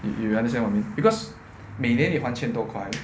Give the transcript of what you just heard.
yo~ yo~ you understand what I mean because 每年你换千多块